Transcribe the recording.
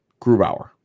Grubauer